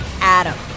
Adam